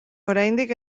oraindik